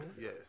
Yes